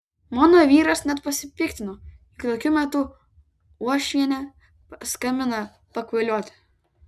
mano vyras net pasipiktino jog tokiu metu uošvienė skambina pakvailioti